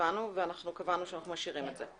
הבנו ואנחנו קבענו שאנחנו משאירים את זה.